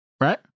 right